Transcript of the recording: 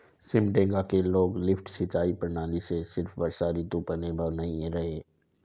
सिमडेगा के लोग लिफ्ट सिंचाई प्रणाली से सिर्फ वर्षा ऋतु पर निर्भर नहीं रहे